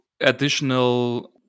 additional